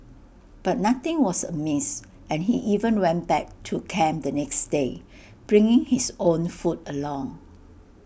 but nothing was amiss and he even went back to camp the next day bringing his own food along